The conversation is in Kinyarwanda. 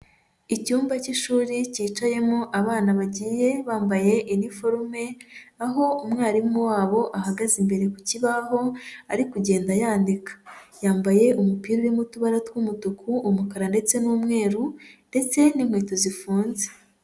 Icyumba cy'ishuri cyicayemo abana bagiye bambaye iniforume, aho umwarimu wabo ahagaze imbere ku kibaho ari kugenda yandika, yambaye umupira urimo utubara tw'umutuku, umukara ndetse n'umweru ndetse n'inkweto zifunze.